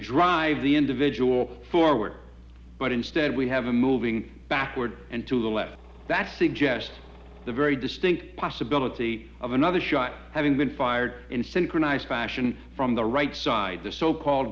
drive the individual forward but instead we have a moving backward and to the left that suggests the very distinct possibility of another shot having been fired in super nice fashion from the right side the so called